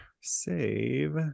save